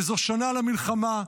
וזו שנה למלחמה,